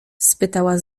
spytała